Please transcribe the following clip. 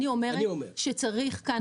אני אומרת שצריך כאן עבודה מקצועית.